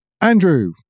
Andrew